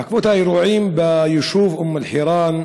בעקבות האירועים ביישוב אום-אלחיראן,